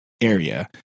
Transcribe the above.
area